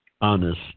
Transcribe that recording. honest